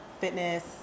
fitness